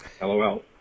LOL